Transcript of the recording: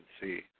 see